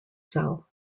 sell